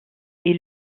est